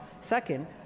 Second